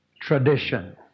tradition